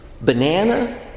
banana